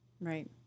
Right